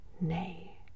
Nay